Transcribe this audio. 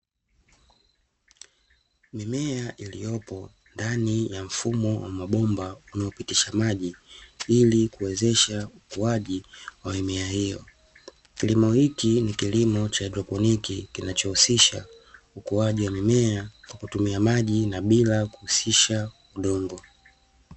Mimea iliyopo ndani ya mfumo wa mabomba unaopitisha maji, ili kuwezesha ukuaji wa mimea hiyo, kilimo hiki ni kilimo cha haidroponi kinachohusisha ukuaji mimea kwa kutumia maji na bila kuhusisha udongo.